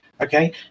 okay